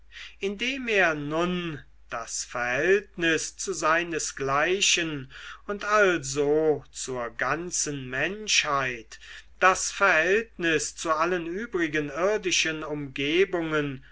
indem er nun das verhältnis zu seinesgleichen und also zur ganzen menschheit das verhältnis zu allen übrigen irdischen umgebungen